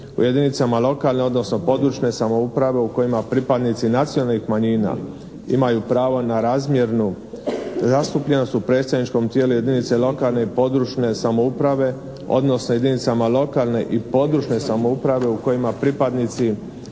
u jedinicama lokalne odnosno područne samouprave u kojima pripadnici nacionalnih manjina imaju pravo na razmjernu zastupljenost u predsjedničkom tijelu jedinica lokalne i područne samouprave odnosno jedinicama lokalne i područne samouprave u kojima pripadnici